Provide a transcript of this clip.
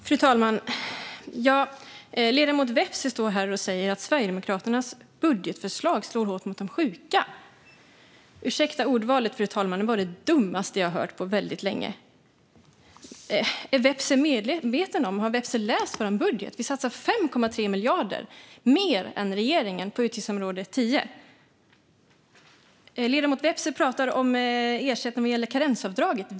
Fru talman! Ledamoten Vepsä står här och säger att Sverigedemokraternas budgetförslag slår hårt mot de sjuka. Ursäkta ordvalet, fru talman, men det var det dummaste jag hört på väldigt länge! Är Vepsä medveten om och har läst vår budget? Vi satsar 5,3 miljarder mer än regeringen på utgiftsområde 10. Ledamoten Vepsä talar om ersättning vad gäller karensavdraget.